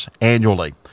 annually